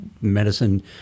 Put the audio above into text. medicine